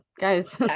guys